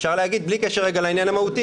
אפשר להגיד בלי קשר לעניין המהותי,